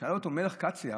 שאל אותו מלך קציא,